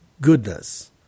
goodness